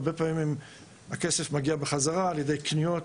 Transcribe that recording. הרבה פעמים הכסף מגיע חזרה על-ידי קניות